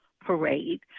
parade